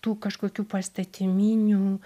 tų kažkokių pastatyminių